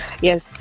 Yes